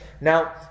now